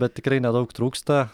bet tikrai nedaug trūksta